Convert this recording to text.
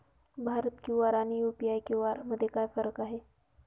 Bharat QR आणि UPI QR मध्ये काय फरक आहे?